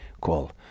call